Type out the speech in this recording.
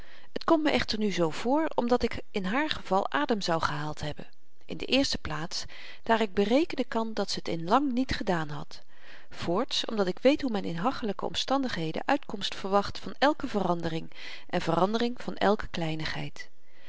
t komt me echter nu zoo voor omdat ik in haar geval adem zou gehaald hebben in de eerste plaats daar ik berekenen kan dat ze t in lang niet gedaan had voorts omdat ik weet hoe men in hachelyke omstandigheden uitkomst wacht van elke verandering en verandering van elke kleinigheid